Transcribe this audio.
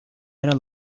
era